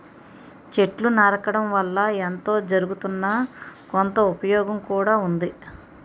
చెట్లు నరకడం వల్ల ఎంతో జరగుతున్నా, కొంత ఉపయోగం కూడా ఉంది